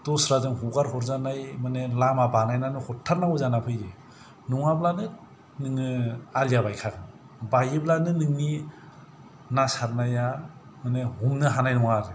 दस्राजों हगार हरजानाय माने लामा बानायनानै हरथारनांगौ जानानै फैयो नङाब्लानो नोङो आलिआ बायखागोन बायोब्लानो नोंनि ना सारनाया माने हमनो हानाय नङा आरो